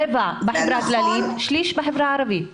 רבע בחברה הכללית ושליש בחברה הערבית?